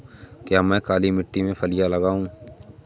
क्या मैं काली मिट्टी में फलियां लगाऊँ?